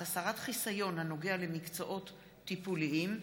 (הסרת חיסיון הנוגע למקצועות טיפוליים),